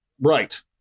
right